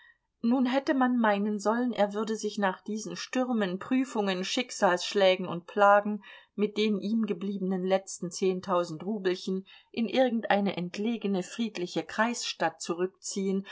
nun hätte man meinen sollen er würde sich nach diesen stürmen prüfungen schicksalsschlägen und plagen mit den ihm gebliebenen letzten zehntausend rubelchen in irgendeine entlegene friedliche kreisstadt zurückziehen